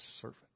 servant